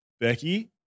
Becky